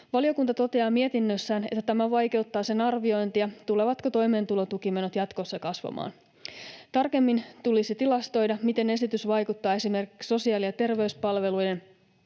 Valiokunta toteaa mietinnössään, että tämä vaikeuttaa sen arviointia, tulevatko toimeentulotukimenot jatkossa kasvamaan. Tarkemmin tulisi tilastoida, miten esitys vaikuttaa esimerkiksi sosiaali- ja terveyspalveluiden